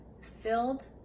filled